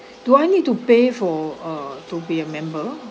do I need to pay for uh to be a member